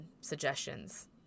suggestions